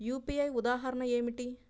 UPI ఉదాహరణ ఏమిటి?